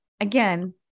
Again